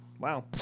Wow